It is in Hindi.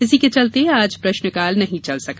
इसी के चलते आज प्रश्नकाल नहीं चल सका